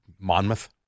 Monmouth